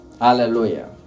Hallelujah